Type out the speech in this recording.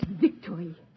victory